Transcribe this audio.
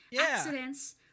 Accidents